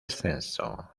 ascenso